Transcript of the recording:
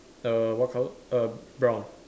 err what color err brown